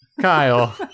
Kyle